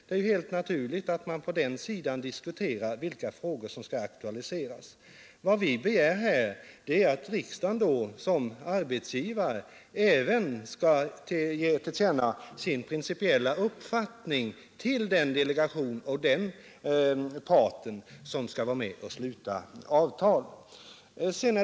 Det är helt naturligt att man på den sidan diskuterar de frågor som skall aktualiseras. Vad vi begär är att riksdagen såsom arbetsgivare skall ge till känna sin principiella uppfattning till den delegation och den part som skall vara med och sluta avtal.